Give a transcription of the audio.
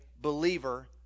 believer